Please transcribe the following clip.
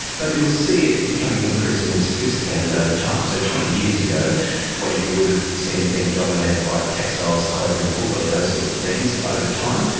but you'll see it becoming increasingly sophisticated over time. so twenty years ago where you would have seen it being dominated by textiles, clothing, footwear, those sorts of things, over time,